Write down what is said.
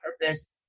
purpose